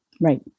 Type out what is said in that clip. Right